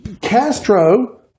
Castro